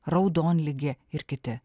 raudonligė ir kiti